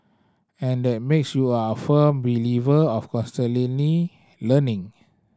and that makes you a firm believer of constantly learning